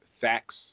facts